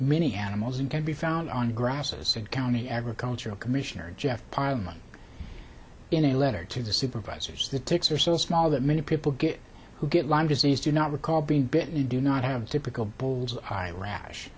many animals and can be found on grasses and county agricultural commissioner jeff pyle much in a letter to the supervisors the ticks are so small that many people get who get lyme disease do not recall being bitten do not have typical bull's eye rash